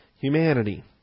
humanity